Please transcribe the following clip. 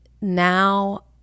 now